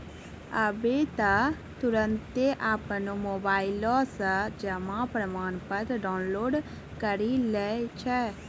आबै त तुरन्ते अपनो मोबाइलो से जमा प्रमाणपत्र डाउनलोड करि लै छै